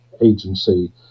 Agency